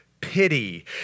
Pity